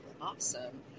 Awesome